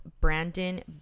brandon